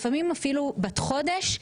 לפעמים אפילו בת חודש,